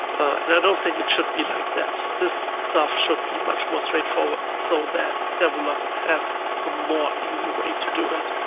and i don't think it should be like that. this stuff should be much more straightforward so that developers have a more easy way to do it.